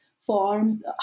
forms